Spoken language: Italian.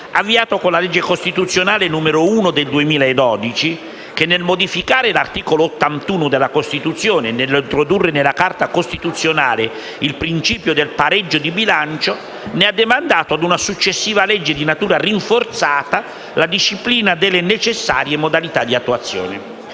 avviato con la legge costituzionale n. 1 del 2012 che, nel modificare l'articolo 81 della Costituzione e nell'introdurre nella Carta costituzionale il principio del pareggio di bilancio, ne ha demandato ad una successiva legge di natura rinforzata la disciplina delle necessarie modalità di attuazione;